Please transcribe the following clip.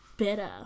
better